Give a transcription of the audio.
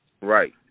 Right